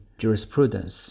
jurisprudence